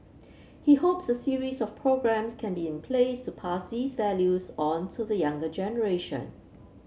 he hopes a series of programmes can be in place to pass these values on to the younger generation